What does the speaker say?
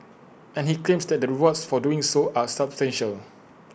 and he claims that the rewards for doing so are substantial